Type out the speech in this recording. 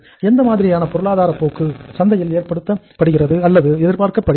எந்த மாதிரியான பொருளாதாரப் போக்கு சந்தையில் எதிர்பார்க்கப்படுகிறது